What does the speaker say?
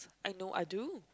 I know I do